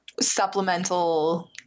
supplemental